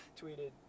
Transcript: Tweeted